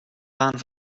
baan